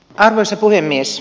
arvoisa puhemies